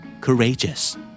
Courageous